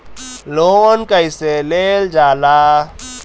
Loan कईसे लेल जाला?